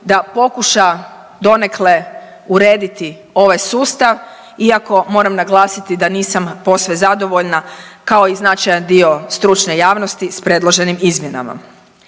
da pokuša donekle urediti ovaj sustav iako moram naglasiti da nisam posve zadovoljna kao i značajan dio stručne javnosti s predloženim izmjenama.